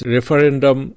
Referendum